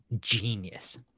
genius